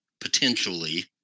potentially